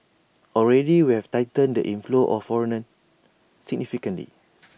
already we have tightened the inflows of foreigners significantly